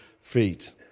feet